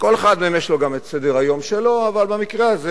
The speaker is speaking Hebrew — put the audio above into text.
שכל אחד מהם יש לו גם סדר-היום שלו אבל במקרה הזה